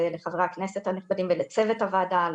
לחברי הכנסת הנכבדים ולצוות הוועדה על